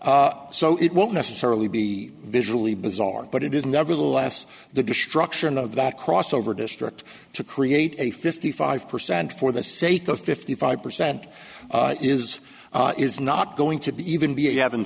area so it won't necessarily be visually bizarre but it is nevertheless the destruction of the crossover district to create a fifty five percent for the sake of fifty five percent is is not going to be even